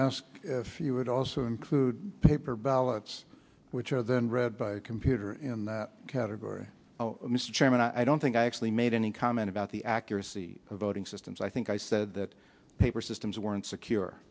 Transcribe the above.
ask if you would also include paper ballots which are then read by a computer in that category mr chairman i don't think i actually made any comment about the accuracy of voting systems i think i said that paper systems weren't